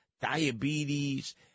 diabetes